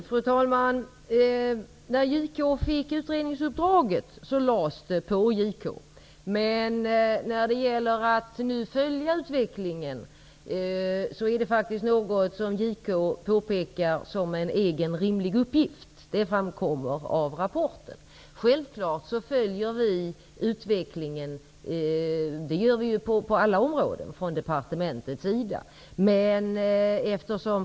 Fru talman! Utredningsuppdraget var något som lades på JK, men det är JK själv som påpekar att det är en rimlig uppgift för JK att följa utvecklingen. Detta framkommer av rapporten. Självfallet följer vi på departementet utvecklingen på detta område -- det gör vi ju på alla områden.